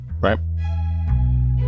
right